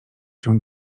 się